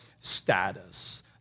status